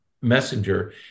Messenger